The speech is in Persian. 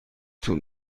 طول